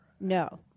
No